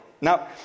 Now